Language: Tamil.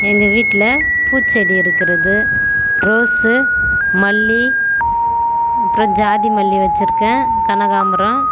எங்கள் வீட்டில் பூச்செடி இருக்கிறது ரோஸு மல்லி அப்புறம் ஜாதி மல்லி வச்சுருக்கேன் கனகாம்பரம்